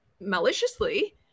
maliciously